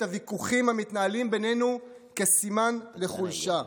הוויכוחים המתנהלים בינינו כסימן לחולשה.